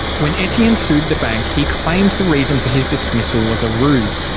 when etienne sued the bank he claimed the reason for his dismissal was a ruse,